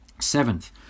Seventh